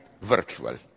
virtual